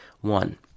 One